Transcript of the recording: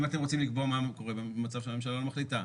אם אתם רוצים לקבוע מה קורה במצב שהממשלה לא מחליטה.